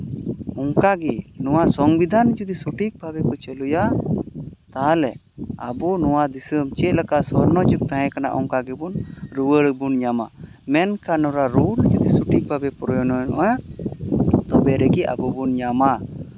ᱚᱱᱠᱟᱜᱮ ᱱᱚᱣᱟ ᱥᱚᱝᱵᱤᱫᱷᱟᱱ ᱡᱩᱫᱤ ᱥᱚᱴᱷᱤᱠ ᱵᱷᱟᱵᱮ ᱠᱚ ᱪᱟᱹᱞᱩᱭᱟ ᱛᱟᱦᱚᱞᱮ ᱟᱵᱚ ᱱᱚᱣᱟ ᱫᱤᱥᱚᱢ ᱪᱮᱫ ᱞᱮᱠᱟ ᱥᱚᱨᱱᱚ ᱡᱩᱜᱽ ᱛᱟᱦᱮᱸ ᱠᱟᱱᱟ ᱚᱱᱠᱟ ᱜᱮᱵᱚᱱ ᱨᱩᱣᱟᱹᱲ ᱵᱚᱱ ᱧᱟᱢᱟ ᱢᱮᱱᱠᱷᱟᱱ ᱚᱱᱟ ᱨᱩᱞ ᱡᱩᱫᱤ ᱥᱚᱴᱷᱤᱠ ᱵᱷᱟᱵᱮ ᱯᱨᱚᱭᱚᱱᱚᱜᱼᱟ ᱛᱚᱵᱮ ᱨᱮᱜᱮ ᱟᱵᱚ ᱵᱚᱱ ᱧᱟᱢᱟ